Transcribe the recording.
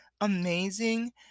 amazing